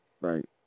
right